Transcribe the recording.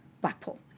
Blackpool